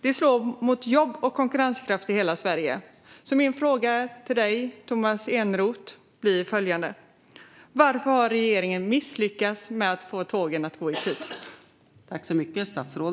Det slår mot jobb och konkurrenskraft i hela Sverige. Min fråga till Tomas Eneroth blir följande: Varför har regeringen misslyckats med att få tågen att gå i tid?